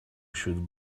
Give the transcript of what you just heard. should